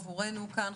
עבורנו כאן,